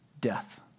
death